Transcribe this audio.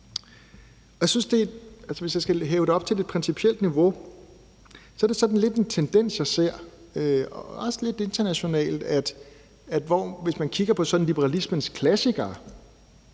Hvis jeg skal hæve det op på et principielt niveau, er det sådan lidt en tendens, jeg ser, også lidt internationalt, at hvis man kigger på liberalismens klassikere,